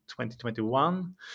2021